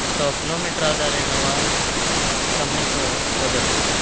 अथवा kilometre आधारेण वा सम्यक् वदतु